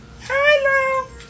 Hello